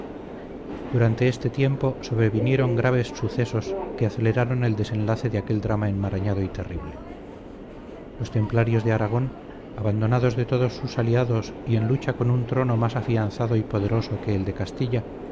durante este tiempo sobrevinieron graves sucesos que aceleraron el desenlace de aquel drama enmarañado y terrible los templarios de aragón abandonados de todos sus aliados y en lucha con un trono más afianzado y poderoso que el de castilla